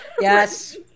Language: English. Yes